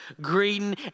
greeting